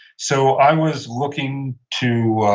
so, i was looking to